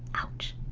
ouch!